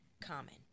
Common